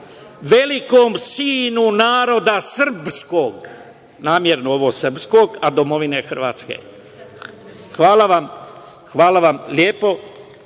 velikom sinu naroda srbskog, namerno ovo srbskog, a domovine Hrvatske. Hvala vam lepo,